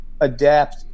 adapt